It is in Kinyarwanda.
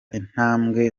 intambwe